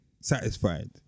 satisfied